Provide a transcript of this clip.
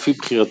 לפי בחירתו.